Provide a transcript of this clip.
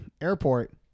airport